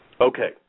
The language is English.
Okay